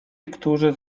którzy